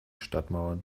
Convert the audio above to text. stadtmauern